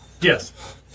Yes